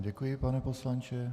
Děkuji vám, pane poslanče.